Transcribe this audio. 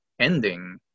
ending